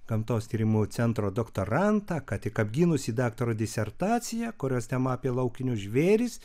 gamtos tyrimų centro doktorantą ką tik apgynusį daktaro disertaciją kurios tema apie laukinius žvėris